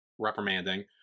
Reprimanding